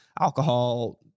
alcohol